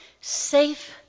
safe